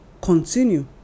continue